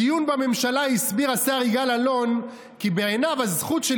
בדיון בממשלה הסביר השר יגאל אלון כי בעיניו הזכות של